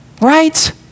right